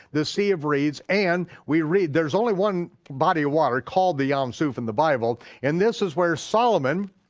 the sea of reeds, and we read there's only one body of water called the yam suf in the bible, and this is where solomon,